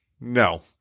No